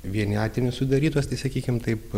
vienatinis sudarytas tai sakykim taip